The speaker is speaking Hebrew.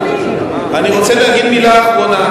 אני רוצה להגיד מלה אחרונה,